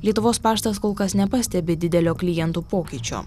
lietuvos paštas kol kas nepastebi didelio klientų pokyčio